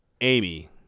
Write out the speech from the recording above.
Amy